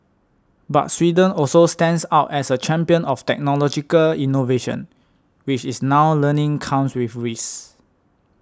but Sweden also stands out as a champion of technological innovation which it's now learning comes with risks